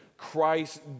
Christ